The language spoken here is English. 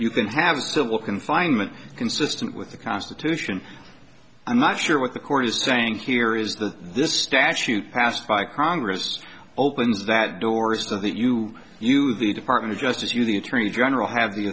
you can have a civil confinement consistent with the constitution i'm not sure what the court is saying here is that this statute passed by congress opens that door so that you you have the department of justice you the attorney general have the